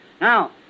Now